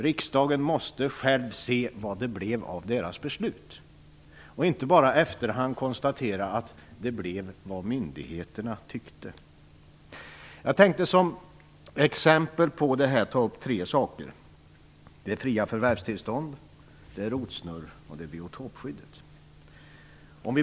Riksdagen måste alltså själv se vad det blev av dess beslut. Det går inte att i efterhand bara konstatera att det blev vad myndigheterna tyckte. Jag tänkte exemplifiera genom att nämna tre saker: fria förvärvstillstånd, rotsnurr och biotopskyddet.